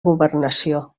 governació